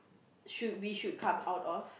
should we should come out of